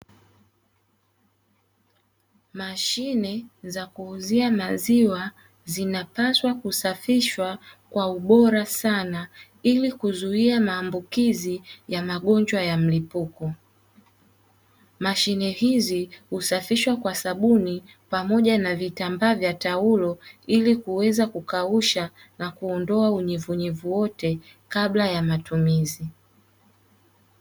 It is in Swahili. Mashine za kuuzia maziwa, zinapaswa kusafishwa kwa ubora sana, ili kuzuia maambukizi ya magonjwa ya mlipuko, mashine hizi husafishwa kwa sabuni pamoja na vitambaa vya vitaulo ili kuweza kukausha na kuondoa unyevu nyevu wote kabla ya matumizi.